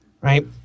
right